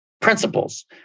principles